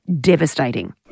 devastating